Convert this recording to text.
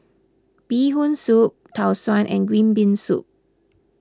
Bee Hoon Soup Tau Suan and Green Bean Soup